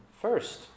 First